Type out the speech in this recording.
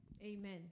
amen